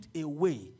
away